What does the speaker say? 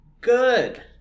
good